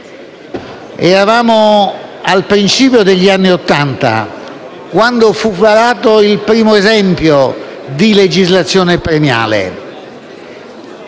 Eravamo al principio degli anni Ottanta quando fu varato il primo esempio di legislazione premiale.